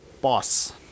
Boss